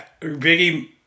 Biggie